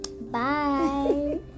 Bye